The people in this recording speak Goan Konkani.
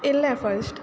येयल्लें फस्ट